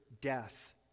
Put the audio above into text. death